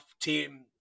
team